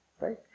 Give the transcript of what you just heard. right